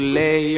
lay